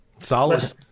solid